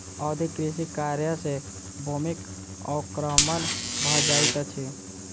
अधिक कृषि कार्य सॅ भूमिक अवक्रमण भ जाइत अछि